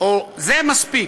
זה מספיק.